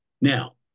Now